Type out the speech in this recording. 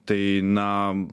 tai na